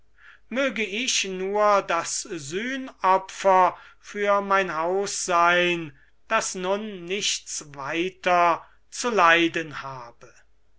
möge ich nur das sühnopfer für mein haus sein das nun nichts weiter zu leiden habe